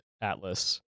Atlas